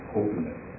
openness